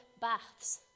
baths